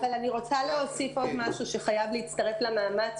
אבל אני חייבת להוסיף עוד משהו שחייב להצטרף למאמץ